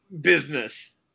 business